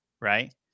right